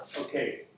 okay